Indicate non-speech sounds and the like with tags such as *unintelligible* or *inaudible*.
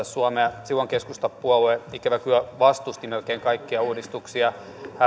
*unintelligible* suomea silloin keskustapuolue ikävä kyllä vastusti melkein kaikkia uudistuksia